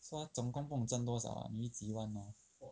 so 他总共不懂赚多少没几万 lor